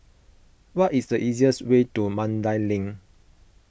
what is the easiest way to Mandai Link